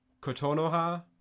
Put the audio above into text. Kotonoha